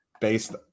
based